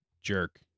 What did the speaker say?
jerk